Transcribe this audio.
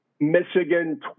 Michigan